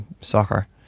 soccer